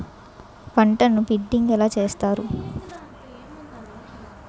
పంటను బిడ్డింగ్ ఎలా చేస్తారు?